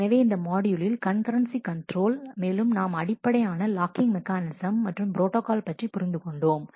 எனவே இந்த மாட்யூலில் கண்கரன்சி கன்ட்ரோல் மேலும் நாம் அடிப்படை ஆன லாக்கிங் மெக்கானிசம் மற்றும் புரோட்டோகால் பற்றி புரிந்து கொண்டோம்